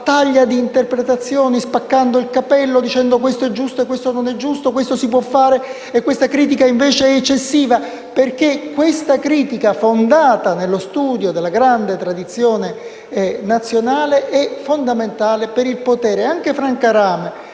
una battaglia di interpretazioni, spaccando il capello, dicendo cosa fosse giusto e cosa non lo fosse, cosa si poteva fare e quale critica fosse eccessiva, perché questa critica fondata nello studio della grande tradizione nazionale era fondamentale per il potere.